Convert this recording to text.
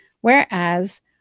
whereas